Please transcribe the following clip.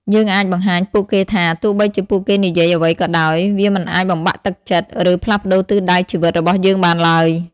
យើងអាចបង្ហាញពួកគេថា ទោះបីជាពួកគេនិយាយអ្វីក៏ដោយ វាមិនអាចបំបាក់ទឹកចិត្ត ឬផ្លាស់ប្តូរទិសដៅជីវិតរបស់យើងបានឡើយ។